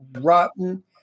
rotten